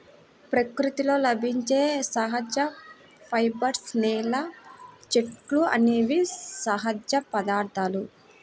ప్రకృతిలో లభించే సహజ ఫైబర్స్, నేల, చెట్లు అనేవి సహజ పదార్థాలు